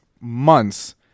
months